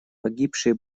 погибшие